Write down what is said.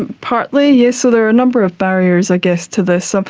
and partly, yes. so there are a number of barriers i guess to this. um